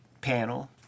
panel